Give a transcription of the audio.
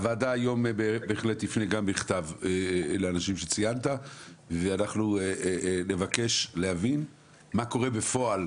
הוועדה היום תפנה גם בכתב לאנשים שציינת ונבקש להבין מה קורה בפועל